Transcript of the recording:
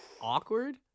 Awkward